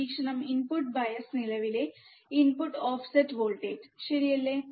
പരീക്ഷണ input bias നിലവിലെ input offset voltage ശരിയല്ലേ